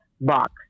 box